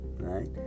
right